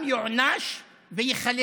יואשם, יוענש וייכלא